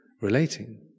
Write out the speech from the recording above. relating